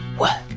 was